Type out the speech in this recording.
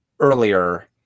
Earlier